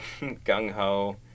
Gung-Ho